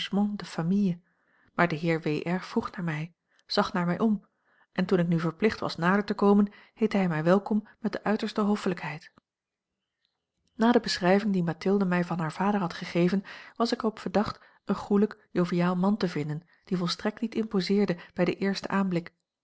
de familie maar de heer w r vroeg naar mij zag naar mij om en toen ik nu verplicht was nader te komen heette hij mij welkom met de uiterste hoffelijkheid na de beschrijving die mathilde mij van haar vader had gegeven was ik er op verdacht een goelijk joviaal man te vinden die volstrekt niet imposeerde bij den eersten aanblik